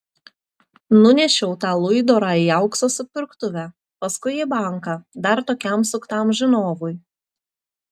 nunešiau tą luidorą į aukso supirktuvę paskui į banką dar tokiam suktam žinovui